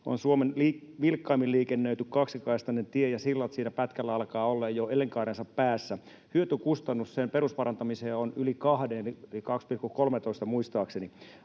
on Suomen vilkkaimmin liikennöity kaksikaistainen tie, ja sillat siinä pätkällä alkavat olla jo elinkaarensa päässä. Hyötykustannus perusparantamiseen on yli kahden, 2,13 muistaakseni.